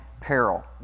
peril